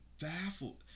baffled